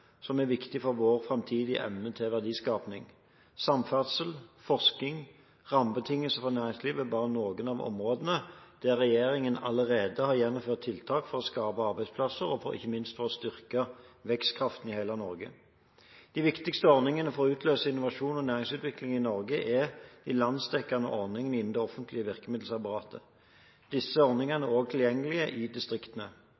som er viktig for vår framtidige evne til verdiskaping. Samferdsel, forskning og rammebetingelser for næringslivet er bare noen av områdene der regjeringen allerede har gjennomført tiltak for å skape arbeidsplasser, og ikke minst for å styrke vekstkraften i hele Norge. De viktigste ordningene for å utløse innovasjon og næringsutvikling i Norge er de landsdekkende ordningene innen det offentlige virkemiddelapparatet. Disse ordningene